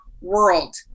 world